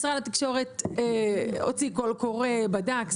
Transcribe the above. משרד התקשורת הוציא קול קורא, בדק.